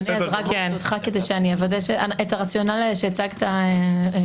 אני רק --- כדי לוודא שהרציונל שהצגת ברור.